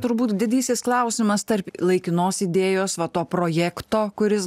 turbūt didysis klausimas tarp laikinos idėjos va to projekto kuris